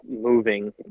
moving